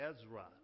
Ezra